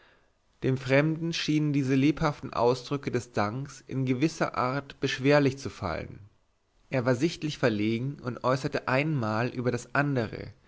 dem fremden schienen diese lebhaften ausbrüche des danks in gewisser art beschwerlich zu fallen er war sichtlich verlegen und äußerte ein mal über das andere